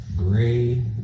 gray